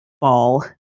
ball